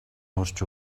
хүрч